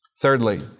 Thirdly